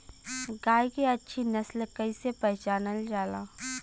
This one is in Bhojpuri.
गाय के अच्छी नस्ल कइसे पहचानल जाला?